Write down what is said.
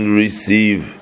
receive